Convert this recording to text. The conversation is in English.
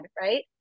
Right